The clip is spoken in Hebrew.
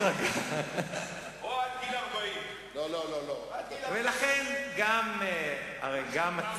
או עד גיל 40. הרי גם אתם,